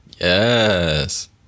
Yes